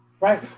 Right